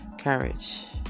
courage